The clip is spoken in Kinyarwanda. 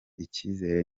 icyizere